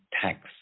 tax